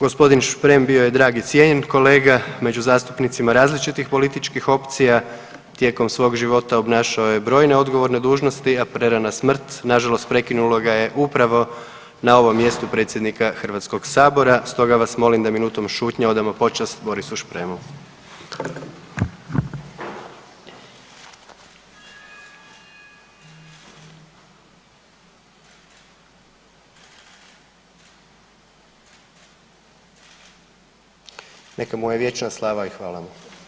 Gospodin Šprem bio je dragi i cijenjen kolega među zastupnicima različitih političkih opcija, tijekom svog života obnašao je brojne odgovorne dužnosti, a prerana smrt nažalost prekinula ga je upravo na ovom mjestu predsjednika Hrvatskog sabora stoga vam molim da minutom šutnje odamo počast Borisu Špremu - Minuta šutnje – Neka mu je vječna slava i hvala mu.